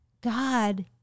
God